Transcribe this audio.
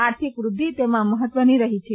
આર્થિક વ્રદ્ધિ તેમાં મહત્વની રહી છે